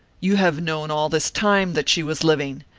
you have known all this time that she was living,